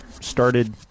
started